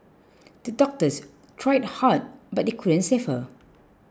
the doctors tried hard but they couldn't save her